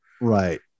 Right